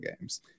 games